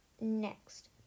next